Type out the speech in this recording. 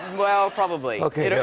and well, probably. okay.